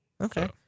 Okay